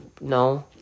No